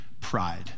pride